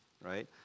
Right